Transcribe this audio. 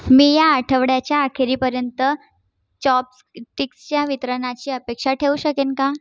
मी या आठवड्याच्या अखेरीपर्यंत चॉपटिक्सच्या वितरणाची अपेक्षा ठेवू शकेन का